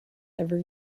every